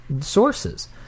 sources